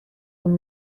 این